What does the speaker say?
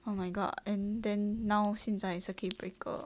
oh my god and then now 现在 circuit breaker